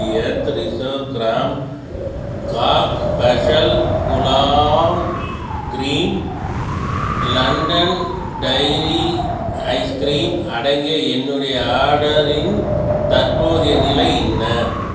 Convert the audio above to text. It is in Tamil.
எர்த் ரிஸர்வ் கிராம்பு காக் ஸ்பெஷல் குலாவ் கிரீன் லண்டன் டெய்ரி ஐஸ்கிரீம் அடங்கிய என்னுடைய ஆர்டரின் தற்போதைய நிலை என்ன